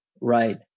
Right